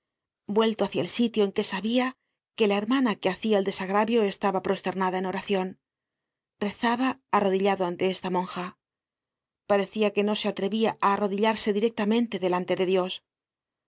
vuelto hácia el sitio en que sabia que la hermana que hacia el desagravio estaba prosternada en oracion rezaba arrodillado ante esta monja parecia que no se atrevia á arrodillarse directamente delante de dios